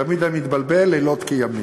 תמיד אני מתבלבל, לילות כימים.